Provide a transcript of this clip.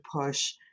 push